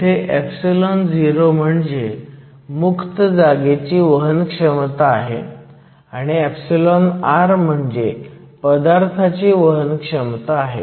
इथे o म्हणजे मुक्त जागेची वहनक्षमता आहे आणि r म्हणजे पदार्थाची वहनक्षमता आहे